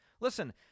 Listen